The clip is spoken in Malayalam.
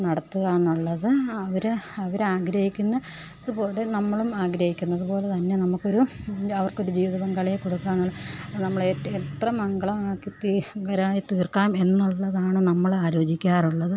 നടത്തുകയെന്നുള്ളത് അവർ അവർ ആഗ്രഹിക്കുന്നതുപോലെ നമ്മളും ആഗ്രഹിക്കുന്നതുപോലെ തന്നെ നമ്മൾക്കൊരു അവർക്കൊരു ജീവിത പങ്കാളിയെ കൊടുക്കാൻ നമ്മളേറ്റവും എത്ര മംഗളമാക്കിയിട്ട് വരാൻ തീർക്കാം എന്നുള്ളതാണ് നമ്മൾ ആലോചിക്കാറുള്ളത്